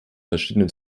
verschiedenen